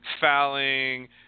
fouling